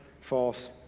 false